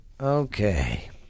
Okay